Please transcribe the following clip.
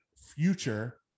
future